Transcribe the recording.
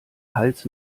hals